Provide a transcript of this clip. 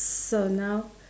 so now